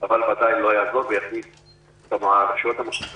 על מה שקשור